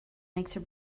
mixer